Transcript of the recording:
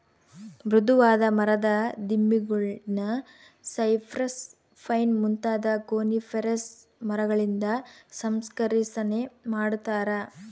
ಮೃದುವಾದ ಮರದ ದಿಮ್ಮಿಗುಳ್ನ ಸೈಪ್ರೆಸ್, ಪೈನ್ ಮುಂತಾದ ಕೋನಿಫೆರಸ್ ಮರಗಳಿಂದ ಸಂಸ್ಕರಿಸನೆ ಮಾಡತಾರ